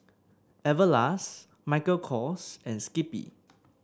Everlast Michael Kors and Skippy